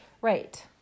Right